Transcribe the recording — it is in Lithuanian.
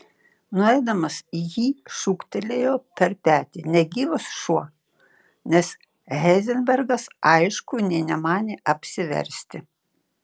nueidamas jį šūktelėjo per petį negyvas šuo nes heizenbergas aišku nė nemanė apsiversti